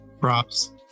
Props